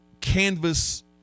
canvas